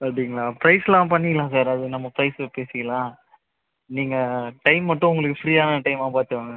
அப்படிங்களா ப்ரைஸ்லாம் பண்ணிக்கலாம் சார் அது நம்ம ப்ரைஸ் பேசிக்கலாம் நீங்கள் டைம் மட்டும் உங்களுக்கு ஃப்ரீயான டைமாக பார்த்து வாங்க